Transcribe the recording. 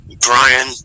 Brian